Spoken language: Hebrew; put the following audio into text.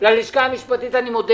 אני מודה